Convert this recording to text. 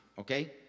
okay